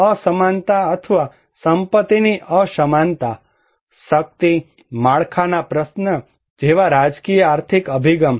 અસમાનતા અથવા સંપત્તિની અસમાનતા શક્તિ માળખાના પ્રશ્ન જેવા રાજકીય આર્થિક અભિગમ